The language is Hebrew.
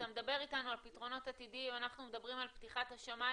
אתה מדבר אתנו על פיתרונות עתידיים ואנחנו מדברים על פתיחת השמיים.